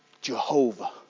Jehovah